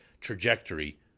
trajectory